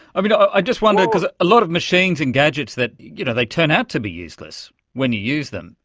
um you know i just wondered, because a lot of machines and gadgets, you know they turn out to be useless when you use them,